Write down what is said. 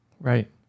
right